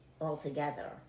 altogether